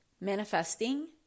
manifesting